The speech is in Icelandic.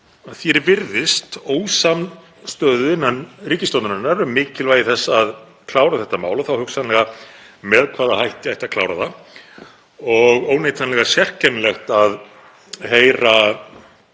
því er virðist ósamstöðu innan ríkisstjórnarinnar um mikilvægi þess að klára þetta mál og þá hugsanlega með hvaða hætti ætti að klára það. Það er óneitanlega sérkennilegt að heyra